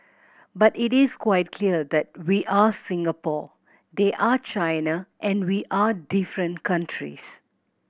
but it is quite clear that we are Singapore they are China and we are different countries